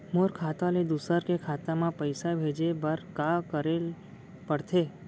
मोर खाता ले दूसर के खाता म पइसा भेजे बर का करेल पढ़थे?